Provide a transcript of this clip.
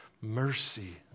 mercy